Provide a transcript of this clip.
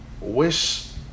wish